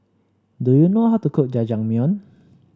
do you know how to cook Jajangmyeon